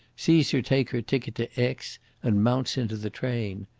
sees her take her ticket to aix and mount into the train.